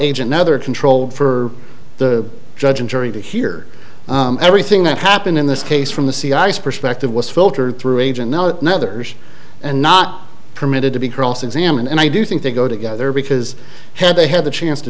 age another controlled for the judge and jury to hear everything that happened in this case from the sea ice perspective was filtered through agent no nethers and not permitted to be cross examined and i do think they go together because had they had the chance to